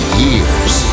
years